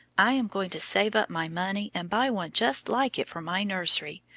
i am going to save up my money and buy one just like it for my nursery,